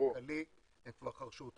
הם כבר חרשו אותו,